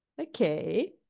okay